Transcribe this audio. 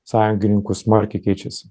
sąjungininkus smarkiai keičiasi